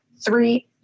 Three